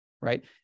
right